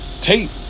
tape